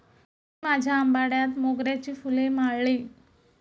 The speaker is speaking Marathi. मी माझ्या आंबाड्यात मोगऱ्याची फुले माळली